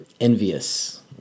envious